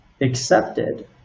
accepted